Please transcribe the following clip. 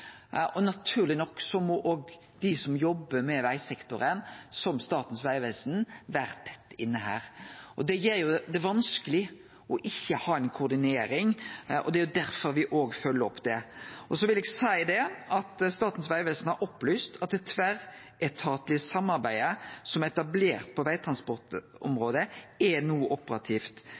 Statens vegvesen, vere inne her. Det gjer det vanskelig å ikkje ha ei koordinering, det er derfor me følgjer opp også det. Statens vegvesen har opplyst at det tverretatlege samarbeidet som er etablert på vegtransportområdet, no er